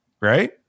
right